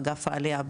אגף העלייה.